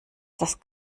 das